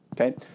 Okay